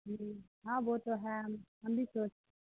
جی ہاں وہ تو ہے ہم بھی سوچ